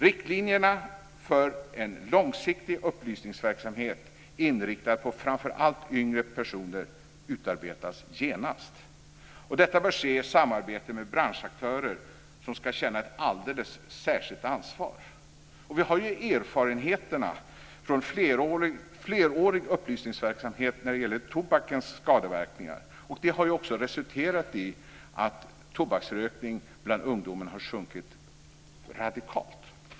Riktlinjer för en långsiktig upplysningsverksamhet inriktad på framför allt yngre personer måste utarbetas genast. Detta bör ske i samarbete med branschaktörer, som ska känna ett alldeles särskilt ansvar. Vi har erfarenheterna från flerårig upplysningsverksamhet om tobakens skadeverkningar. Det har också resulterat i att tobaksrökning bland ungdomen har sjunkit radikalt.